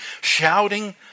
shouting